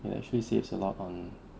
it actually saves a lot on